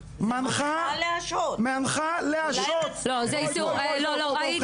ולשוויון מגדרי): << קריאה "מנחה להשהות" זה לא למנוע.